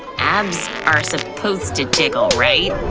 abs are supposed to jiggle, right?